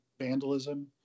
vandalism